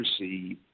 receive